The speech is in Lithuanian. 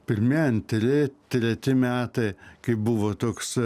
pirmi antri treti metai kai buvo toks